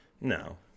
No